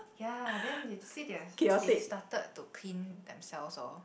ya then they say they're they started to clean themselves hor